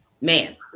Man